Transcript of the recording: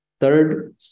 Third